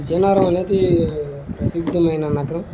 విజయనగరం అనేది ప్రసిద్ధమైన నగరం